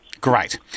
Great